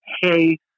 Hey